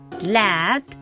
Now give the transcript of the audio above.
Lad